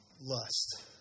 lust